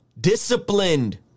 Disciplined